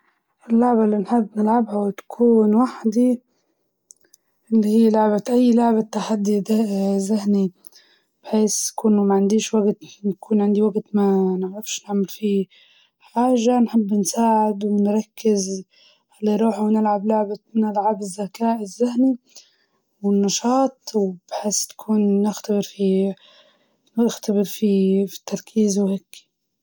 لما نكون بروحي ن نحب نلعب الألغاز زي سودوكو، أو حتى الألعاب اللي في التليفون اللي اللي تبي بتركيز، تقوي تحسها الذاكرة والتركيز.